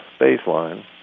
baseline